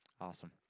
Awesome